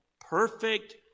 perfect